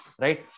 right